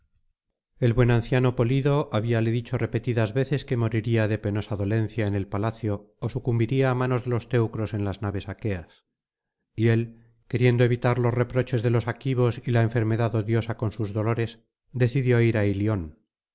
el buen anciano poliido habíale dicho repetidas veces que moriría de penosa dolencia en el palacio ó sucumbiría á manos de los teucros en las naves aqueas y él queriendo evitar los reproches de los aquivos y la enfermedad odiosa con sus dolores decidió ir á ilion